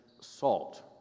salt